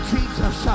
Jesus